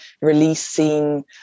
releasing